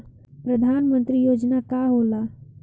परधान मंतरी योजना का होला?